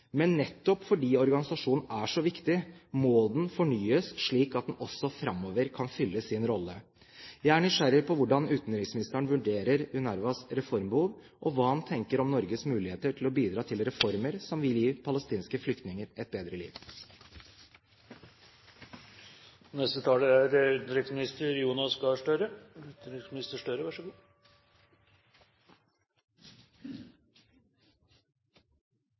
Men nettopp fordi organisasjonen er så viktig, må den fornyes slik at den også framover kan fylle sin rolle. Jeg er nysgjerrig på hvordan utenriksministeren vurderer UNRWAs reformbehov, og hva han tenker om Norges muligheter til å bidra til reformer som vil gi palestinske flyktninger et bedre liv. Jeg vil takke representanten Haugli for å sette søkelyset på FNs hjelpeorganisasjon for palestinske flyktninger, UNRWA, som etter mitt syn er